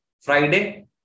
Friday